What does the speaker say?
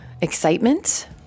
excitement